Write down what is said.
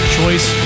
choice